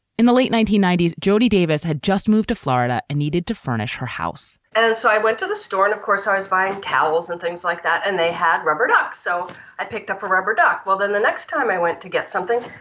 in the late nineteen ninety s, jody davis had just moved to florida and needed to furnish her house so i went to the store and of course i was buying towels and things like that. and they had rubber duck. so i picked up a rubber duck. well, then the next time i went to get something,